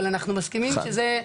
אבל אנחנו מסכימים בזה,